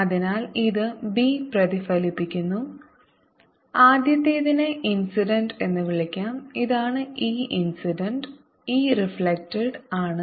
അതിനാൽ ഇത് b പ്രതിഫലിപ്പിക്കുന്നു ആദ്യത്തേതിനെ ഇൻസിഡന്റ് എന്ന് വിളിക്കാം ഇതാണ് e ഇൻസിഡന്റ് e റിഫ്ലെക്ടഡ് ആണ്